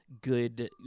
good